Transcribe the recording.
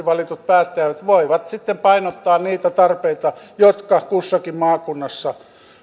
valitut päättäjät voivat sitten painottaa niitä tarpeita jotka kussakin maakunnassa